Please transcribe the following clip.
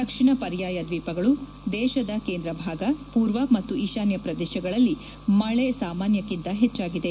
ದಕ್ಷಿಣ ಪರ್ಯಾಯ ದ್ವೀಪಗಳು ದೇಶದ ಕೇಂದ್ರ ಭಾಗ ಪೂರ್ವ ಮತ್ತು ಈಶಾನ್ಯ ಪ್ರದೇಶಗಳಲ್ಲಿ ಮಳೆ ಸಾಮಾನ್ಯಕ್ಕಿಂತ ಹೆಚ್ಚಾಗಿದೆ